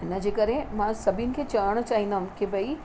हिनजे करे मां सभिनि खे चवणु चाहींदमि के भई